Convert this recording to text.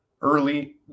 early